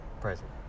present